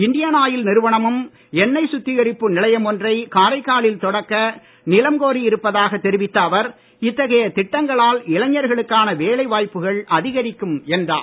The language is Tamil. இண்டியன் ஆயில் நிறுவனமும் எண்ணெய் சுத்திகரிப்பு நிலையம் ஒன்றை காரைக்காலில் தொடக்க நிலம் கோரி இருப்பதாக தெரிவித்த அவர் இத்தகைய திட்டங்களால் இளைஞர்களுக்கான வேலை வாய்ப்புகள் அதிகரிக்கும் என்றார்